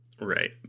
Right